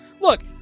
look